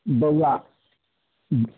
बौआ